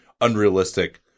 unrealistic